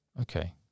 okay